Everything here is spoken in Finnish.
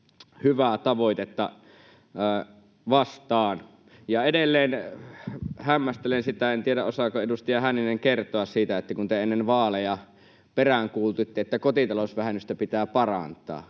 hyvää tavoitettanne vastaan. Ja edelleen hämmästelen sitä — en tiedä, osaako edustaja Hänninen kertoa siitä — että kun te ennen vaaleja peräänkuulutitte, että kotitalousvähennystä pitää parantaa,